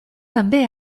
també